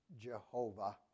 Jehovah